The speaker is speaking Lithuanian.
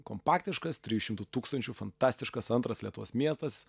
kompaktiškas trijų šimtų tūkstančių fantastiškas antras lietuvos miestas